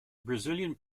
brazilian